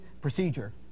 procedure